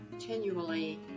Continually